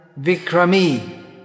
Vikrami